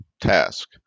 task